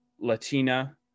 Latina